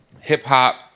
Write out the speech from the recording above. hip-hop